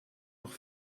noch